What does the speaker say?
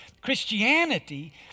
Christianity